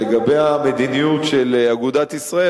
לגבי המדיניות של אגודת ישראל,